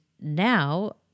now